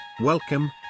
Welcome